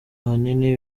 ahanini